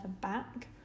back